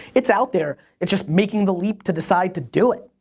it's out there. it's just making the leap to decide to do it.